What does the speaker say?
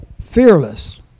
Fearless